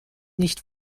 nicht